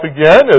again